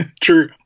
True